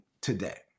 today